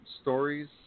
Stories